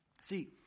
See